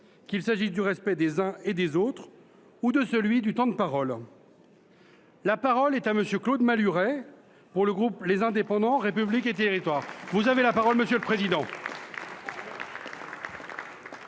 qu’il s’agisse du respect des uns et des autres ou de celui du temps de parole. La parole est à M. Claude Malhuret, pour le groupe Les Indépendants – République et Territoires. « Quand tu es à 38 jours de